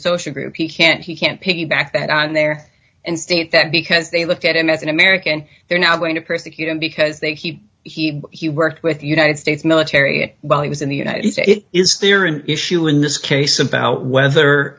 social group each can't he can't piggyback that on there and state that because they look at him as an american they're now going to persecute him because they keep he he worked with the united states military while he was in the united states is theory an issue in this case about whether